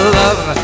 love